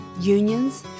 unions